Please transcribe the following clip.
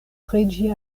preĝi